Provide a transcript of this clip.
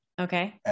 Okay